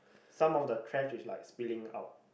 some of the trash is like spilling out